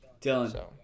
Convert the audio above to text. dylan